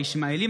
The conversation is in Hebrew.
הישמעאלים,